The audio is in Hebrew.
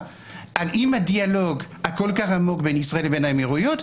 עם הדיאלוג הכל כך עמוק בין ישראל לבין האמירויות,